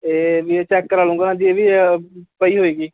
ਇਹ ਵੀ ਚੈੱਕ ਕਰਾ ਲੂੰਗਾ ਹਾਂਜੀ ਇਹ ਵੀ ਪਈ ਹੋਏਗੀ